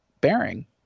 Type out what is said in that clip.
bearing